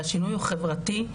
והשינוי הוא חברתי.